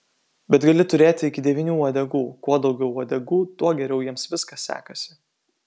bet gali turėti iki devynių uodegų kuo daugiau uodegų tuo geriau jiems viskas sekasi